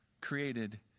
created